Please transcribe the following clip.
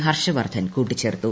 ഹർഷവർദ്ധൻ കൂട്ടിച്ചേർത്തു